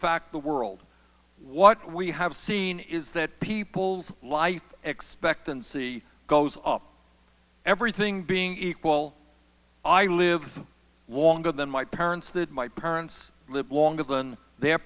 fact the world what we have seen is that people's life expectancy goes up everything being equal i live longer than my parents that my parents live longer than their